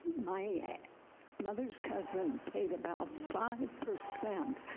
my mother's cousin paid about a five percent